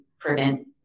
prevent